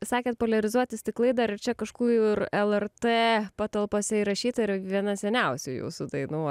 sakėt poliarizuoti stiklai dar ir čia kažkur lrt patalpose įrašyta ir viena seniausių jūsų dainų